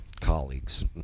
Colleagues